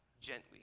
gently